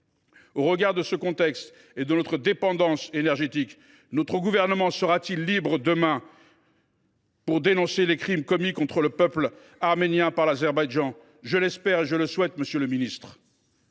Au regard de ce contexte et de notre dépendance énergétique, notre gouvernement sera t il libre demain de dénoncer les crimes commis contre le peuple arménien par l’Azerbaïdjan ? Je l’espère et le souhaite, monsieur le ministre.